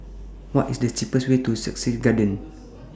What IS The cheapest Way to Sussex Garden